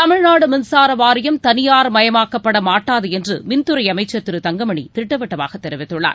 தமிழ்நாடு மின்சார வாரியம் தனியார்மயமாக்கப்பட மாட்டாது என்று மின்துறை அமைச்சர் திரு தங்கமணி திட்டவட்டமாக தெரிவித்துள்ளார்